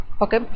okay